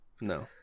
No